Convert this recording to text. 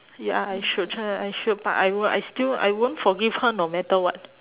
ya I should try I should but I wo~ I still I won't forgive her no matter what